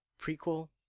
prequel